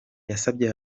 yasabye